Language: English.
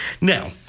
Now